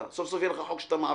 סוף סוף יהיה לך חוק שאתה מעביר.